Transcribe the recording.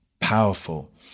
powerful